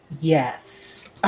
Yes